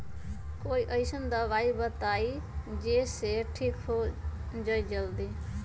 कोई अईसन दवाई बताई जे से ठीक हो जई जल्दी?